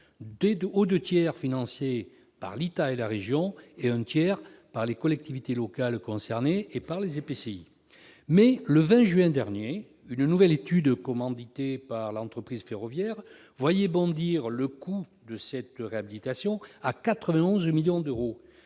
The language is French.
aux deux tiers par l'État et la région et, pour le tiers restant, par les collectivités locales concernées et SNCF Réseau. Mais, le 20 juin dernier, une nouvelle étude commandée par l'entreprise ferroviaire voyait bondir le coût de cette réhabilitation à 91 millions d'euros,